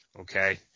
okay